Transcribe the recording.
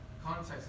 Context